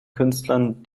künstlern